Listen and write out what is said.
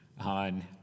on